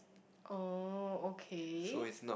oh okay